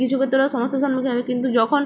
কিছু ক্ষেত্রে ওরা সমস্যার সম্মুখীন হবে কিন্তু যখন